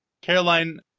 Caroline